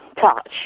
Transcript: touch